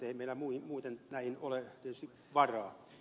eihän meillä muuten näihin ole tietysti varaa